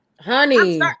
Honey